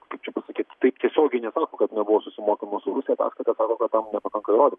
kaip čia pasakyk taip tiesiogiai nesako kad nebuvo susimokymo su rusija ataskaita sako kad tam nepakanka įrodymų